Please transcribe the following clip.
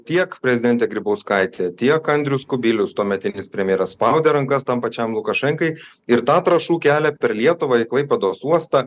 tiek prezidentė grybauskaitė tiek andrius kubilius tuometinis premjeras spaudė rankas tam pačiam lukašenkai ir tą trąšų kelią per lietuvą į klaipėdos uostą